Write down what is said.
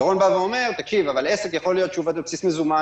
ירון אומר שיכול להיות שעסק עובד על בסיס מזומן